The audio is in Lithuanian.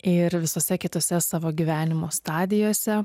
ir visose kitose savo gyvenimo stadijose